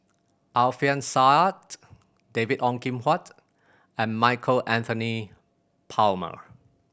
Alfian Sa'at David Ong Kim Huat and Michael Anthony Palmer